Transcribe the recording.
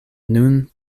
nun